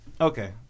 okay